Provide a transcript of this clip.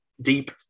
deep